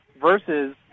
versus